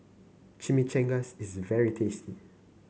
chimichangas is very tasty